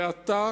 ואתה,